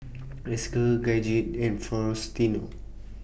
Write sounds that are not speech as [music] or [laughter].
[noise] Esker Gidget and Faustino